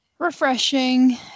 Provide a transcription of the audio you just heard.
refreshing